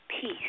peace